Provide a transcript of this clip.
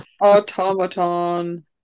automaton